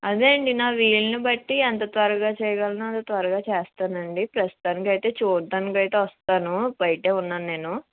అదేనండి నా వీలుని బట్టి ఎంత త్వరగా చేయగలనో అంత త్వరగా చేస్తానండి ప్రస్తుతానికైతే చూడ్డానికైతే వస్తాను బయటే ఉన్నాను నేను